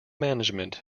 management